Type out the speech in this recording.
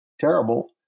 terrible